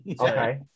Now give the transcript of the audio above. Okay